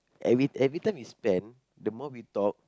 every every time you spend the more we talk